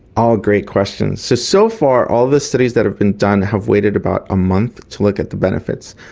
all great questions. so so far all the studies that have been done have waited about a month to look at the benefits.